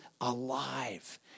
alive